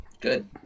Good